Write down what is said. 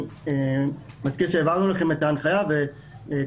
אני מזכיר שהעברנו לכם את ההנחיה הקודמת